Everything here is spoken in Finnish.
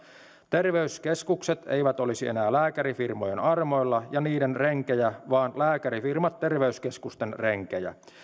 terveyskeskukset eivät olisi enää lääkärifirmojen armoilla ja niiden renkejä vaan lääkärifirmat terveyskeskusten renkejä